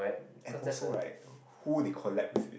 and also right who they collab with it